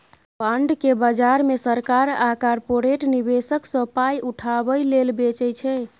bond केँ बजार मे सरकार आ कारपोरेट निबेशक सँ पाइ उठाबै लेल बेचै छै